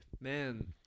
man